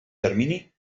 termini